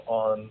on